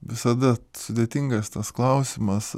visada sudėtingas tas klausimas